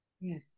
Yes